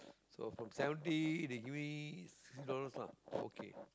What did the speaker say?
so from seventy they give me sixty dollars lah okay